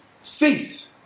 Faith